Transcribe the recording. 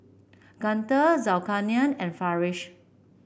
Guntur Zulkarnain and Farish